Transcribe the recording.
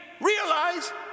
realize